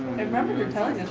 remember her talking